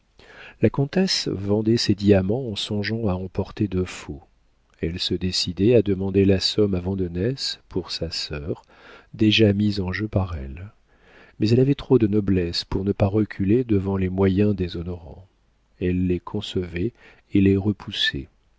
la comtesse vendait ses diamants en songeant à en porter de faux elle se décidait à demander la somme à vandenesse pour sa sœur déjà mise en jeu par elle mais elle avait trop de noblesse pour ne pas reculer devant les moyens déshonorants elle les concevait et les repoussait